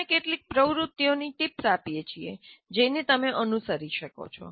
અમે કેટલીક પ્રવૃત્તિઓને ટીપ્સ આપીએ છીએ જેને તમે અનુસરી શકો છો